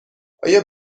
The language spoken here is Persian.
آیا